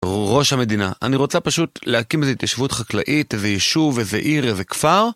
ראש המדינה, אני רוצה פשוט להקים איזה התיישבות חקלאית, איזה יישוב, איזה עיר, איזה כפר.